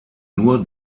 nur